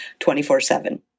24-7